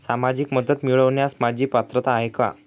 सामाजिक मदत मिळवण्यास माझी पात्रता आहे का?